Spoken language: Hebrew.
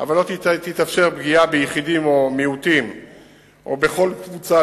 אבל לא תתאפשר פגיעה ביחידים או במיעוטים או בכל קבוצה,